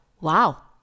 wow